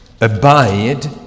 abide